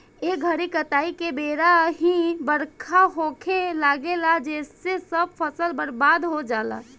ए घरी काटाई के बेरा ही बरखा होखे लागेला जेसे सब फसल बर्बाद हो जाला